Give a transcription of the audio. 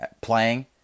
playing